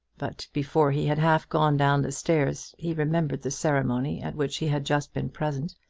but before he had half gone down the stairs he remembered the ceremony at which he had just been present,